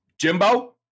Jimbo